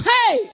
Hey